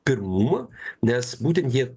pirmumą nes būtent jie